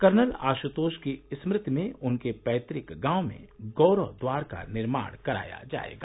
colonel Ashutosh की स्मृति में उनके पैतक गांव में गौरव द्वार का निर्माण कराया जाएगा